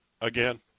again